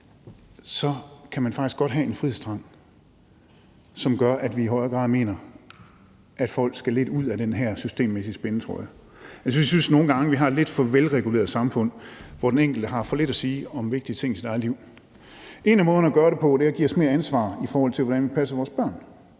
så kan man faktisk godt have en frihedstrang, som gør, at vi i højere grad mener, at folk skal lidt ud af den her systemmæssige spændetrøje. Jeg synes nogle gange, at vi har et lidt for velreguleret samfund, hvor den enkelte har for lidt at sige om vigtige ting i sit eget liv. En af måderne at gøre det på er at give os mere ansvar, i forhold til hvordan vi passer vores børn.